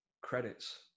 credits